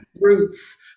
roots